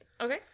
Okay